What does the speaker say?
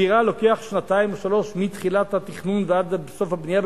דירה לוקח שנתיים או שלוש שנים מתחילת התכנון ועד סוף הבנייה,